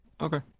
Okay